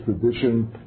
tradition